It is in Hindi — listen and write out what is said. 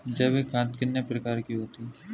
जैविक खाद कितने प्रकार की होती हैं?